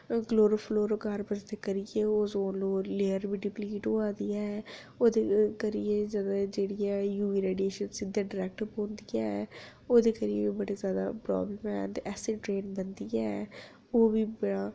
ते क्लोक्लोरे गी लेइयै ओज़ोन लेअर डिप्लीट होआ दी ऐ ते ओह्दे करियै जेह्ड़ी यूडी रेन न ओह् डिरेक्ट पौंदी ऐ ओह्दे करी बड़ी जादा प्रॉब्लम हैन ते ऐसिड रेन बनदी ऐ ओह्बी बड़ा